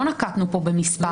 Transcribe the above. לא נקטנו פה במספר.